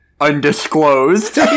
Undisclosed